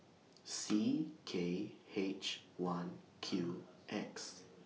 C K H one Q X